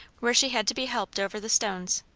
where she had to be helped over the stones.